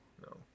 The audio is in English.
no